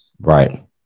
Right